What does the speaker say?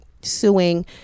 suing